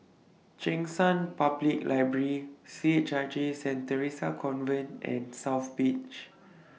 Cheng San Public Library C H I J Saint Theresa's Convent and South Beach